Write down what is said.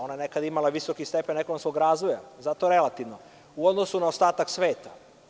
Ona je nekad imala visoki stepen ekonomskog razvoja, zato je relativno u odnosu na ostatak sveta.